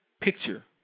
picture